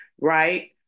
Right